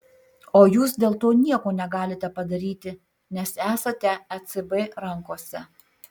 o jūs dėl to nieko negalite padaryti nes esate ecb rankose